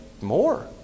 more